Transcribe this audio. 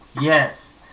Yes